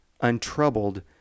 untroubled